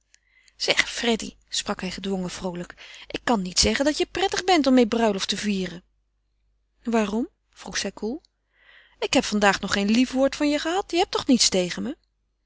zeg freddy sprak hij gedwongen vroolijk ik kan niet zeggen dat je prettig bent om meê bruiloft te vieren waarom vroeg zij koel ik heb vandaag nog geen lief woord van je gehad je hebt toch niets tegen me